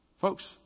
Folks